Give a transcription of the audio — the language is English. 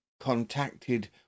contacted